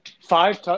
Five